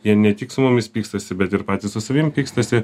jie ne tik su mumis pykstasi bet ir patys su savim pykstasi